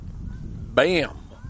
Bam